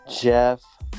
Jeff